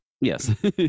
Yes